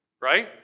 Right